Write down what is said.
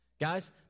Guys